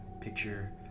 picture